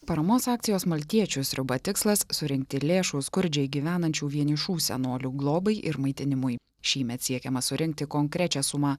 paramos akcijos maltiečių sriuba tikslas surinkti lėšų skurdžiai gyvenančių vienišų senolių globai ir maitinimui šįmet siekiama surinkti konkrečią sumą